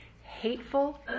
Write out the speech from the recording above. hateful